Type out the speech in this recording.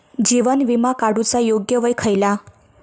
जीवन विमा काडूचा योग्य वय खयला?